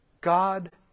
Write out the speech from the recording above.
God